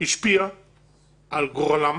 השפיע על גורלם